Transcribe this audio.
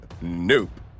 Nope